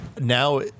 Now